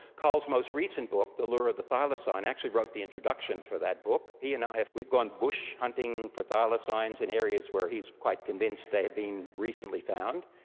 col's most recent book, the lure of the thylacine, i and actually wrote the introduction for that book. he and i, we've gone bush, hunting for thylacines in areas where he is quite convinced they had been recently found.